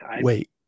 Wait